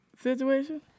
Situation